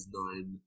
nine